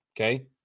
okay